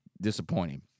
disappointing